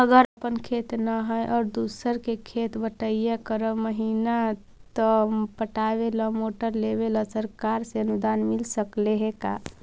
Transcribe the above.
अगर अपन खेत न है और दुसर के खेत बटइया कर महिना त पटावे ल मोटर लेबे ल सरकार से अनुदान मिल सकले हे का?